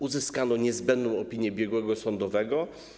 Uzyskano niezbędną opinię biegłego sądowego.